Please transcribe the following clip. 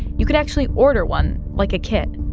you could actually order one like a kit.